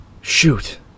Shoot